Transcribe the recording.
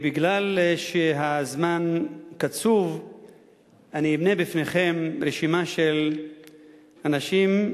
בגלל שהזמן קצוב אני אמנה בפניכם רשימה של אנשים,